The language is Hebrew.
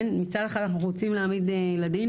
מצד אחד אנחנו רוצים להעמיד לדין,